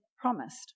promised